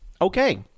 okay